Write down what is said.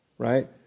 right